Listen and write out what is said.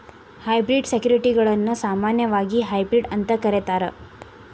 hybrid ಸೆಕ್ಯುರಿಟಿಗಳನ್ನ ಸಾಮಾನ್ಯವಾಗಿ hybrid ಅಂತ ಕರೇತಾರ